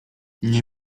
nie